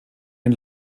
den